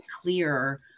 clear